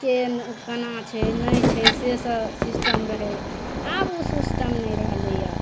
के केना छै नहि छै से सब सिस्टम रहय आब उ सिस्टम नहि रहलय हँ